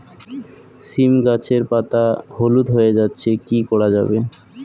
সীম গাছের পাতা হলুদ হয়ে যাচ্ছে কি করা যাবে?